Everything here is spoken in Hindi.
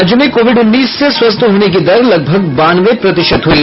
राज्य में कोविड उन्नीस से स्वस्थ होने की दर लगभग बानवे प्रतिशत हुई